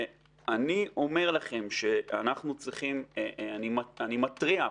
ואני אומר לכם, אני מתריע אפילו,